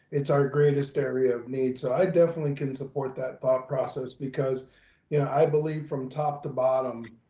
it's our greatest area of need. so i definitely can support that thought process because you know i believe from top to bottom,